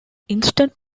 instant